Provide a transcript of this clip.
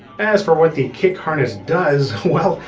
as for what the kick harness does, well,